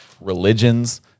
religions